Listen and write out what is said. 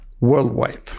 worldwide